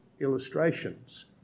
illustrations